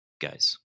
guys